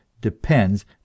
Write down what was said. depends